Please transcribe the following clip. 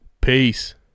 Peace